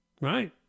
right